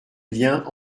lien